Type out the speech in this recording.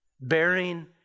bearing